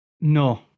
no